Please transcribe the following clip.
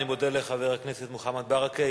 אני מודה לחבר הכנסת מוחמד ברכה.